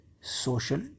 social